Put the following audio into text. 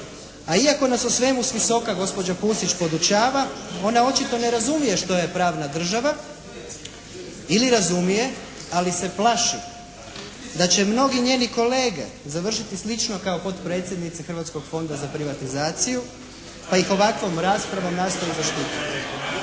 A iako nas o svemu s visoka gospođa Pusić podučava, ona očito ne razumije što je pravna država ili razumije, ali se plaši da će mnogi njeni kolege završiti slično kao potpredsjednici Hrvatskog fonda za privatizaciju pa ih ovakvom raspravom nastoji zaštititi.